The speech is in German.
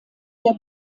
der